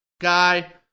guy